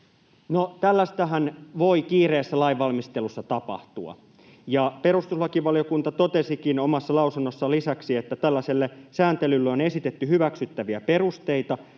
tällaistahan voi kiireessä lainvalmistelussa tapahtua, ja perustuslakivaliokunta totesikin omassa lausunnossaan lisäksi, että tällaiselle sääntelylle on esitetty hyväksyttäviä perusteita